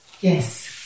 Yes